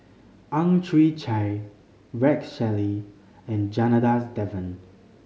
Ang Chwee Chai Rex Shelley and Janadas Devan